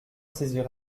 saisir